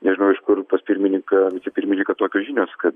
nežinau iš kur pas pirmininką vicepirmininką tokios žinios kad